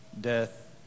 death